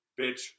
Bitch